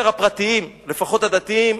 שבבתי-הספר הפרטיים, לפחות הדתיים,